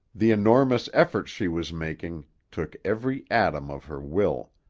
the enormous efforts she was making took every atom of her will.